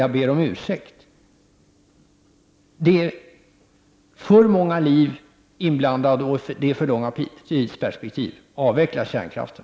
Jag ber om ursäkt.” Det är för många liv inblandade och det är för långt tidsperspektiv. Avveckla kärnkraften!